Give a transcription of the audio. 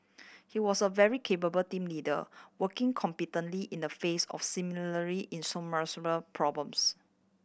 he was a very capable team leader working competently in the face of problems